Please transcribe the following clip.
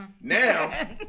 Now